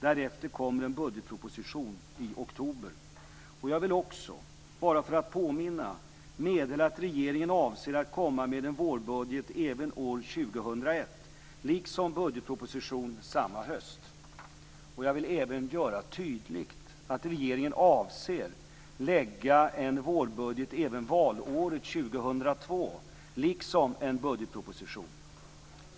Därefter kommer en budgetproposition i oktober. Jag vill också, bara för att påminna, meddela att regeringen avser att komma med en vårbudget även år 2001, liksom med en budgetproposition samma höst. Jag vill även göra tydligt att regeringen avser att lägga fram en vårbudget även valåret 2002, liksom en budgetproposition.